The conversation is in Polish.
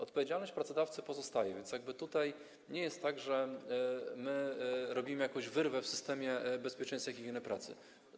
Odpowiedzialność pracodawcy pozostaje, więc tutaj nie jest tak, że my robimy jakąś wyrwę w systemie bezpieczeństwa i higieny pracy.